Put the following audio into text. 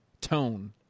tone